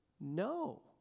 No